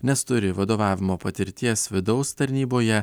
nes turi vadovavimo patirties vidaus tarnyboje